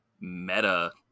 meta